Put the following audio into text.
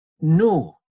No